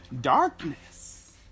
darkness